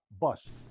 bust